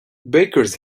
bakers